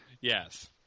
Yes